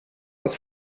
als